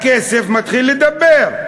הכסף מתחיל לדבר.